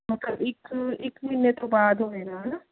ਇੱਕ ਇੱਕ ਮਹੀਨੇ ਤੋਂ ਬਾਅਦ ਹੋਏਗਾ ਹੈ ਨਾ